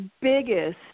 biggest